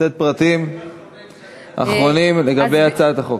לתת פרטים אחרונים לגבי הצעת החוק.